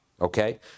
Okay